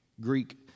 Greek